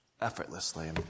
effortlessly